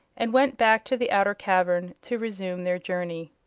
and went back to the outer cavern to resume their journey.